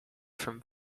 from